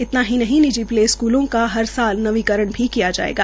इतना ही नहीं निजी प्ले स्क्लों का हर साल नवीकरण भी किया जायेगा